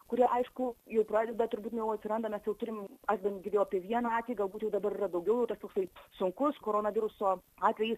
kurie aišku jau pradeda turbūt jau atsiranda mes jau turim aš bent girdėjau apie vieną atvejį galbūt jau dabar yra daugiau tas toksai sunkus koronaviruso atvejis